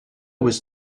was